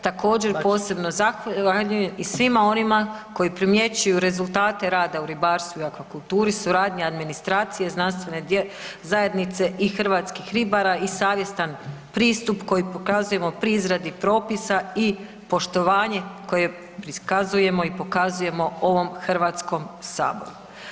Također posebno zahvaljujem i svima onima koji primjećuju rezultate rada u ribarstvu i aquakulturi, suradnja administracije, znanstvene zajednice i hrvatskih ribara i savjestan pristup koji pokazujemo pri izradi propisa i poštovanje koje prikazujemo i pokazujemo ovom Hrvatskom saboru.